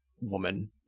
woman